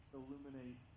illuminate